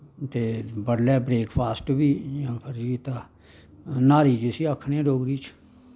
ते बडलै breakfast बी करी दित्ता न्हारी जिस्सी आखने आं डोगरी च